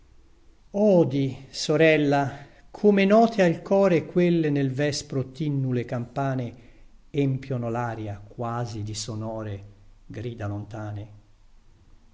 farfalla odi sorella come note al core quelle nel vespro tinnule campane empiono laria quasi di sonore grida lontane